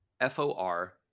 F-O-R